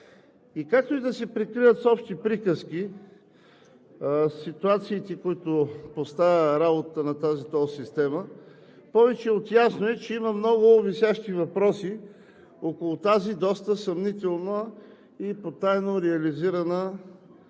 Както и да се прикриват с общи приказки, ситуациите, които поставя работата на тази тол система, повече от ясно е, че има много висящи въпроси около тази доста съмнителна и потайно реализирана система,